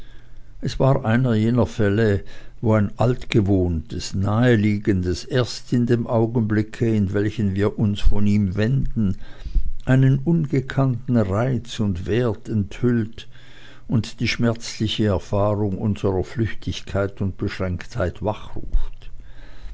es war einer jener fälle wo ein altgewohntes naheliegendes erst in dem augenblicke in welchem wir uns von ihm wenden einen ungekannten reiz und wert enthüllt und die schmerzliche erfahrung unserer flüchtigkeit und beschränktheit wachruft